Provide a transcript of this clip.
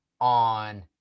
on